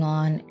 on